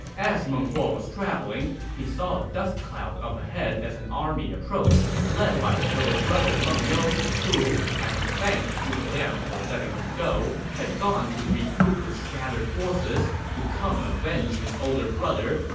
as meng huo was traveling, he saw a dust cloud up ahead as an army approached, led by his little brother meng you, who, having thanked zhuge liang for letting him go, had gone to regroup his scattered forces to come avenge his older brother,